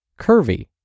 Curvy